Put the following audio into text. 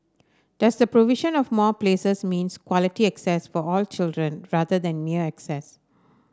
does the provision of more places means quality access for all children rather than mere access